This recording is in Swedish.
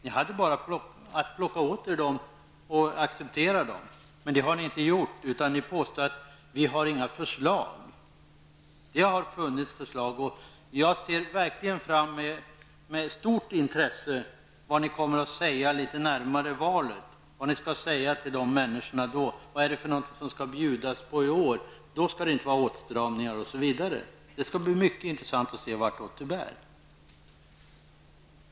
Ni hade bara att plocka åt er dem och acceptera dem. Men det har ni inte gjort, utan ni påstår att vi inte har några förslag. Det har funnits förslag. Jag ser verkligen med stort intresse fram emot vad ni socialdemokrater kommer att säga till människorna litet närmare valet. Vad är det för någonting som skall bjudas på i år? Då är det inte fråga om åtstramningar osv. Det skall bli mycket intressant att se vartåt det bär.